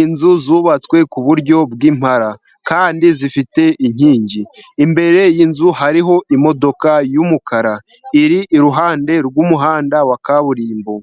inzu zubatswe ku buryo bw'impara kandi zifite inkingi .Imbere y'inzu hariho imodoka y'umukara iri iruhande rw'umuhanda wa kaburimbo.